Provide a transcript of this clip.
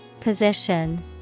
Position